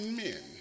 men